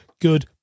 good